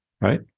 right